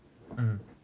mm